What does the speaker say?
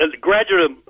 graduate